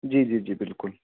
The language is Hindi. जी जी जी बिल्कुल